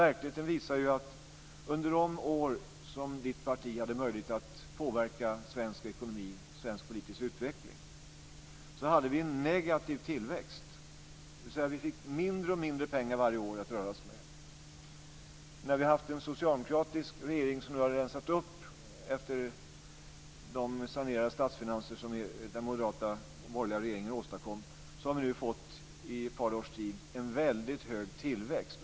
Verkligheten visar att vi, under de år då Gunnar Hökmarks parti hade möjlighet att påverka svensk ekonomi och svensk politisk utveckling, hade en negativ tillväxt. Vi fick mindre och mindre pengar att röra oss med varje år. Nu har vi haft en socialdemokratisk regering som har rensat upp efter de sanerade statsfinanser som den borgerliga regeringen åstadkom. I ett par års tid har vi haft en hög tillväxt.